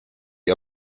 ihr